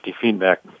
feedback